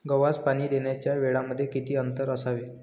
गव्हास पाणी देण्याच्या वेळांमध्ये किती अंतर असावे?